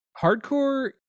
hardcore